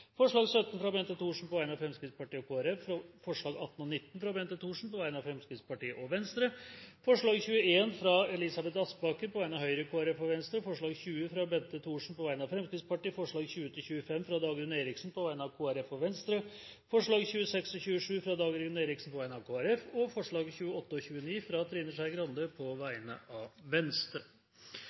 forslag nr. 17, fra Bente Thorsen på vegne av Fremskrittspartiet og Kristelig Folkeparti forslagene nr. 18 og 19, fra Bente Thorsen på vegne av Fremskrittspartiet og Venstre forslag nr. 21, fra Elisabeth Aspaker på vegne av Høyre, Kristelig Folkeparti og Venstre forslag nr. 20, fra Bente Thorsen på vegne av Fremskrittspartiet forslagene nr. 22–25, fra Dagrun Eriksen på vegne av Kristelig Folkeparti og Venstre forslagene nr. 26 og 27, fra Dagrun Eriksen på vegne av Kristelig Folkeparti forslagene nr. 28 og 29, fra Trine Skei Grande på vegne av Venstre